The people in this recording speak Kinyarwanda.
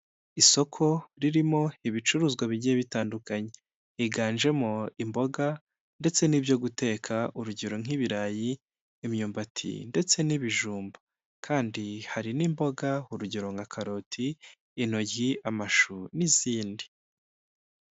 Isoko ririmo ibicuruzwa bigiye bitandukanye, higanjemo imboga ndetse n'ibyo guteka, urugero: nk'ibirayi, imyumbati ndetse n'ibijumba kandi hari n'imboga urugero: nka karoti inoryi, amashu n'izindi.